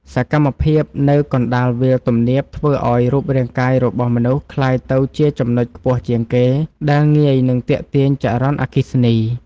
សកម្មភាពនៅកណ្តាលវាលទំនាបធ្វើឱ្យរូបរាងកាយរបស់មនុស្សក្លាយទៅជាចំណុចខ្ពស់ជាងគេដែលងាយនឹងទាក់ទាញចរន្តអគ្គិសនី។